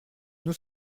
nous